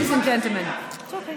חוסמת מעברי תחבורה